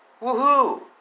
Woohoo